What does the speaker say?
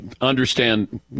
understand